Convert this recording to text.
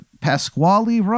Pasquale